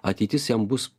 ateitis jam bus